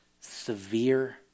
severe